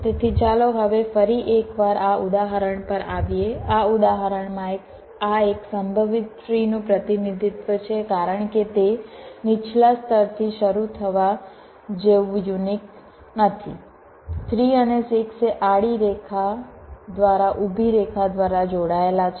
તેથી ચાલો હવે ફરી એકવાર આ ઉદાહરણ પર આવીએ આ ઉદાહરણમાં આ એક સંભવિત ટ્રીનું પ્રતિનિધિત્વ છે કારણ કે તે નીચલા સ્તરથી શરૂ થવા જેવું યુનિક નથી 3 અને 6 એ આડી રેખા દ્વારા ઊભી રેખા દ્વારા જોડાયેલા છે